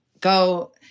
go